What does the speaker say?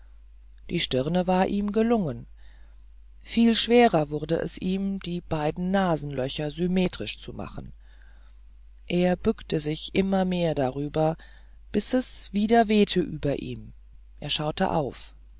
die stirne war ihm gelungen viel schwerer wurde es ihm die beiden nasenlöcher symmetrisch zu machen er bückte sich immer mehr darüber bis es wieder wehte über ihm er schaute auf